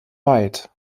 weit